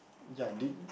ya I did